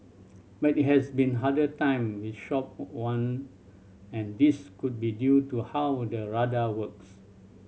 but it has been harder time with shop one and this could be due to how the radar works